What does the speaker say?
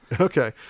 Okay